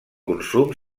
consum